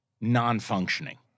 non-functioning